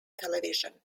television